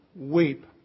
weep